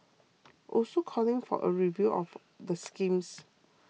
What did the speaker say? also calling for a review of the schemes